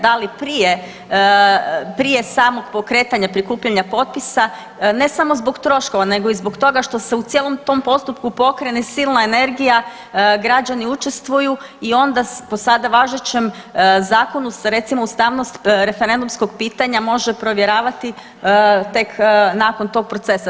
Da li prije, prije samog pokretanja prikupljanja potpisa, ne samo zbog troškova nego i zbog toga što se u cijelom tom postupku pokrene silna energija, građani učestvuju i onda po sada važećem zakonu se recimo ustavnost referendumskog pitanja može provjeravati tek nakon tog procesa.